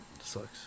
Sucks